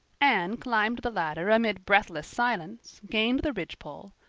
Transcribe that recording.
anne climbed the ladder amid breathless silence, gained the ridgepole,